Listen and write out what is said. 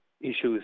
issues